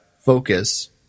focus